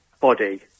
body